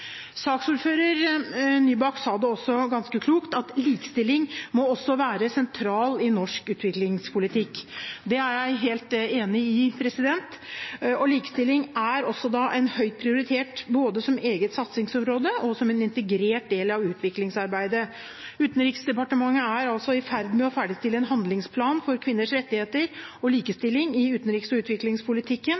Saksordfører Nybakk sa ganske klokt at likestilling også må være sentralt i norsk utviklingspolitikk. Det er jeg helt enig i. Likestilling er da også høyt prioritert, både som eget satsingsområde og som en integrert del av utviklingsarbeidet. Utenriksdepartementet er i ferd med å ferdigstille en handlingsplan for kvinners rettigheter og likestilling i utenriks- og utviklingspolitikken,